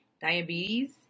Diabetes